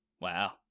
wow